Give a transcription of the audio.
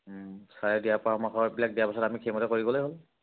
ছাৰে দিহা পৰামৰ্শবিলাক দিয়াৰ পাছত আমি সেইমতে কৰি গ'লেই হ'ল